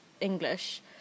English